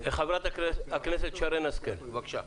חברת הכנסת שרן השכל, בבקשה.